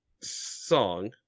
song